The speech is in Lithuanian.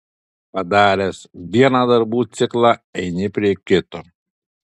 padaręs vieną darbų ciklą eini prie kito